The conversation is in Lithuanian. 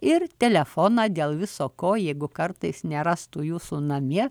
ir telefoną dėl viso ko jeigu kartais nerastų jūsų namie